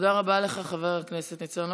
תודה רבה לך, חבר הכנסת ניצן הורוביץ.